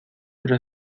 pero